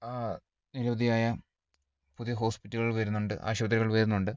നിരവധിയായ പുതിയ ഹോസ്പിറ്റലുകൾ വരുന്നുണ്ട് ആശുപത്രികൾ വരുന്നുണ്ട്